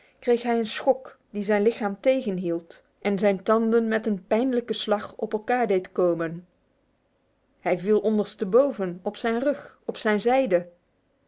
kreeg hij een schok die zijn lichaam tegenhield en zijn tanden met een pijnlijke slag op elkaar deed komen hij viel ondersteboven op zijn rug op zijn zijde